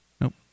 Nope